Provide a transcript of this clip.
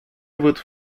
votre